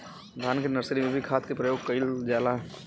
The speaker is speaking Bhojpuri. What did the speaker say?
धान के नर्सरी में भी खाद के प्रयोग कइल जाला?